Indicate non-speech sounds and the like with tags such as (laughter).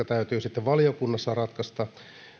(unintelligible) täytyy sitten valiokunnassa ratkaista